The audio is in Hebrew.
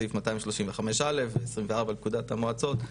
סעיף 235 א' ו-24 לפקודת המועצות,